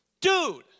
Dude